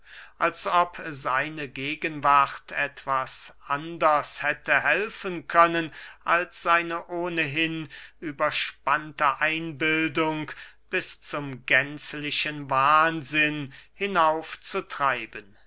als ob seine gegenwart etwas anders hätte helfen können als seine ohnehin überspannte einbildung bis zum gänzlichen wahnsinn hinauf zu treiben